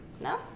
no